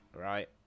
right